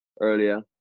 earlier